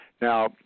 Now